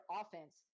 offense